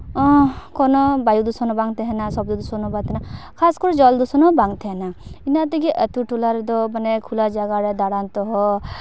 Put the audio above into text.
ᱠᱳᱱᱳ ᱵᱟᱹᱭᱩ ᱫᱷᱩᱥᱚᱱ ᱦᱚᱸ ᱵᱟᱝ ᱛᱟᱦᱮᱱᱟ ᱥᱚᱵᱫᱚ ᱫᱷᱩᱥᱚᱱ ᱦᱚᱸ ᱵᱟᱝ ᱛᱟᱦᱮᱱᱟ ᱠᱷᱟᱥ ᱠᱚᱨᱮᱜ ᱡᱚᱞ ᱫᱷᱩᱥᱚᱱ ᱦᱚᱸ ᱵᱟᱝ ᱛᱟᱦᱮᱱᱟ ᱤᱱᱟᱹ ᱛᱮᱜᱮ ᱟᱛᱳ ᱴᱚᱞᱟ ᱨᱮᱫᱚ ᱢᱟᱱᱮ ᱠᱷᱳᱞᱟ ᱡᱟᱭᱜᱟ ᱨᱮ ᱫᱟᱬᱟᱱ ᱛᱮᱦᱚᱸ